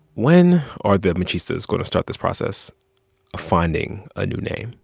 when are the mechistas going to start this process of finding a new name?